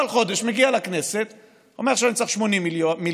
כל חודש מגיע לכנסת ואומר: עכשיו אני צריך 80 מיליארד,